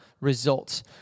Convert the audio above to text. results